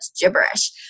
gibberish